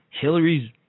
Hillary's